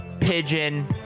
Pigeon